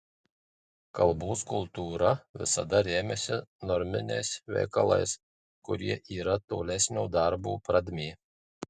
kalbos kultūra visada remiasi norminiais veikalais kurie yra tolesnio darbo pradmė